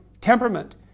temperament